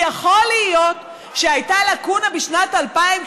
כי יכול להיות שהייתה לקונה בשנת 2000,